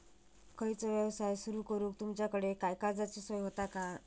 खयचो यवसाय सुरू करूक तुमच्याकडे काय कर्जाची सोय होता काय?